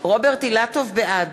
בעד